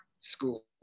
school